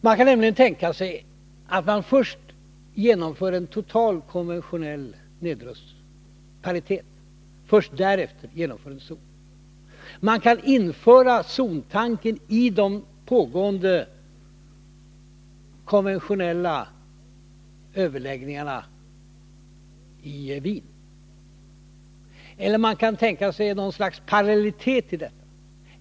Man kan nämligen tänka sig att man först genomför en total konventionell nedrustning och först därefter inför en zon. Man kan införa zontanken i de pågående konventionella överläggningarna i Wien, eller också kan man tänka sig något slags parallellitet.